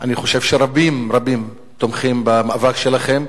חושב שרבים רבים תומכים במאבק שלכם,